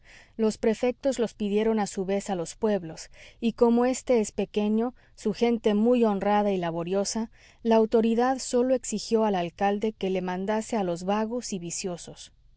los prefectos los pidieron a su vez a los pueblos y como éste es pequeño su gente muy honrada y laboriosa la autoridad sólo exigió al alcalde que le mandase a los vagos y viciosos